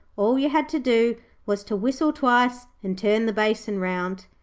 all you had to do was to whistle twice and turn the basin round.